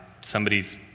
somebody's